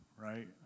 Right